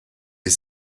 his